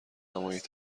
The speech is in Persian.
نمایید